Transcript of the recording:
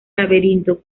laberinto